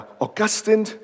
Augustine